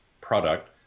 product